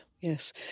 yes